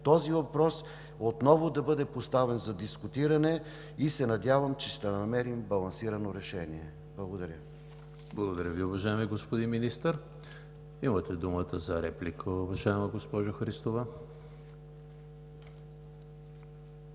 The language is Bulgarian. този въпрос отново да бъде поставен за дискутиране и се надявам, че ще намерим балансирано решение. Благодаря. ПРЕДСЕДАТЕЛ ЕМИЛ ХРИСТОВ: Благодаря Ви, уважаеми господин Министър. Имате думата за реплика, уважаема госпожо Христова.